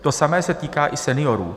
To samé se týká i seniorů.